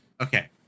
okay